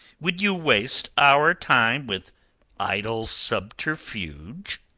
would you waste our time with idle subterfuge?